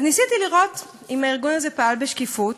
אז ניסיתי לראות אם הארגון הזה פעל בשקיפות,